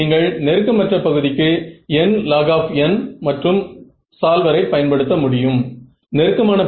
இரண்டு முறைகளும் சிறிது வேறுபட்ட முடிவுகளை தருகின்றன